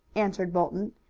answered bolton,